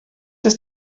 ist